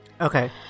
Okay